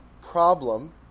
problem